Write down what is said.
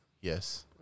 Yes